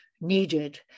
needed